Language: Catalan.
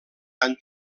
han